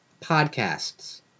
podcasts